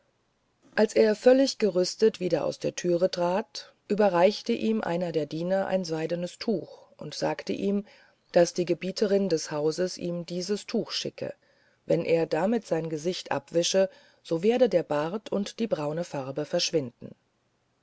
als er völlig gerüstet wieder aus der türe trat überreichte ihm einer der diener ein seidenes tuch und sagte ihm daß die gebieterin des hauses ihm dieses tuch schicke wenn er damit sein gesicht abwische so werde der bart und die braune farbe verschwinden